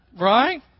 Right